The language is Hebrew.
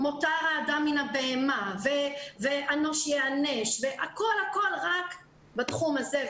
'מותר האדם מן הבהמה' ו'ענוש ייענש' והכל רק בתחום הזה,